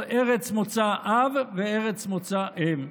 ארץ מוצא אב וארץ מוצא אם.